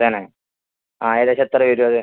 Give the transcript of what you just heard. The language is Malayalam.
തന്നേ ആ ഏകദേശം എത്ര വരും അത്